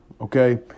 okay